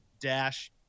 Dash